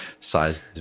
size